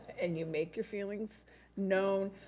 and you make your feelings known,